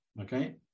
okay